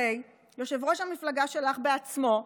הרי יושב-ראש המפלגה שלך בעצמו,